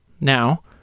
Now